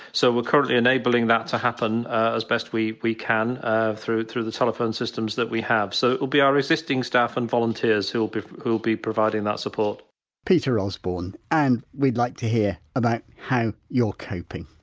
so, we're currently enabling that to happen as best we we can ah through through the telephone systems that we have. so, it'll be our existing staff and volunteers who'll be who'll be providing that support peter osborne. and we'd like to hear about how you're coping